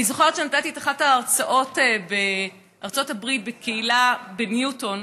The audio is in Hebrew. אני זוכרת שנתתי את אחת ההרצאות בארצות הברית בקהילה בניוטון,